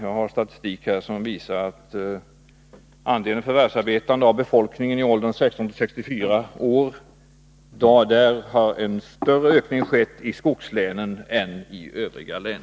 Jag har statistik här som visar att i fråga om andelen förvärvsarbetande av befolkningen i åldern 16-64 år har en större ökning skett i skogslänen än i övriga län.